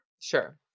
sure